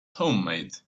homemade